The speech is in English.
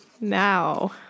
Now